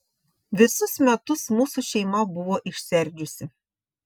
visus metus mūsų šeima buvo išsiardžiusi